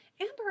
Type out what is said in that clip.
Amber